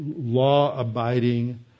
law-abiding